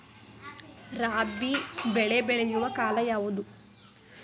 ರಾಬಿ ಬೆಳೆ ಬೆಳೆಯುವ ಕಾಲ ಯಾವುದು?